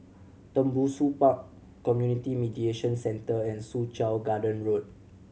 Tembusu Park Community Mediation Centre and Soo Chow Garden Road